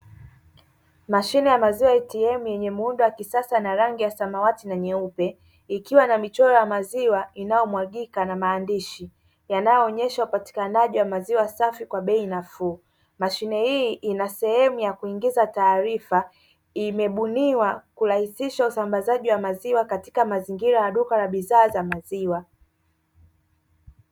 Mashine ya maziwa atm yenye muda wa kisasa na rangi ya samawati na nyeupe, ikiwa na michoro ya maziwa inayomwagika na maandishi yanayoonyesha upatikanaji wa maziwa safi kwa bei nafuu, mashine hii ina sehemu ya kuingiza taarifa imebuniwa kurahisisha usambazaji wa maziwa katika mazingira ya duka la bidhaa za maziwa.